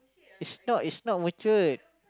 is not is not matured